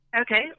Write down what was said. Okay